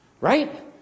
right